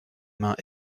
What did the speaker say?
mains